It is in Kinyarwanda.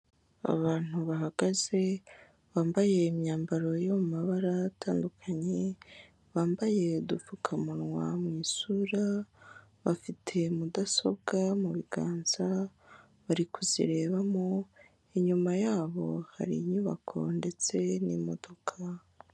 Abantu bahagaze bambaye imyambaro yo mu mabara atandukanye, bambaye udupfukamunwa mu isura, bafite mudasobwa mu biganza bari kuzirebamo, inyuma yabo hari inyubako ndetse n'imodoka.